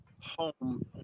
home